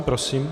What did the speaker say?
Prosím.